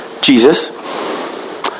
Jesus